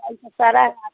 तो सारा